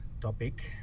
topic